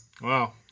Wow